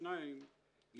שניים,